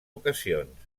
ocasions